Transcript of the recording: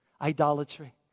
Idolatry